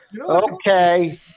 Okay